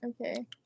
Okay